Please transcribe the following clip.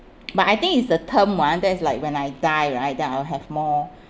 but I think is the term one that is like when I die right then I'll have more